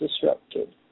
disrupted